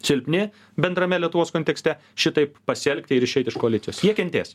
silpni bendrame lietuvos kontekste šitaip pasielgti ir išeit iš koalicijos jie kentės